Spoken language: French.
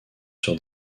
sur